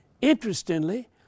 Interestingly